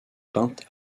peintes